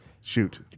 Shoot